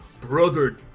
Brother